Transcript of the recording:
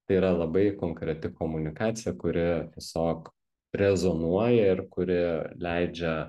tai yra labai konkreti komunikacija kuri tiesiog rezonuoja ir kuri leidžia